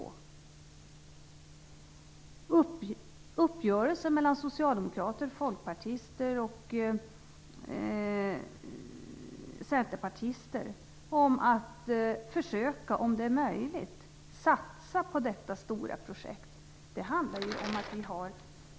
Det finns en uppgörelse mellan socialdemokrater, folkpartister och centerpartister om att försöka, om det är möjligt, satsa på detta stora projekt.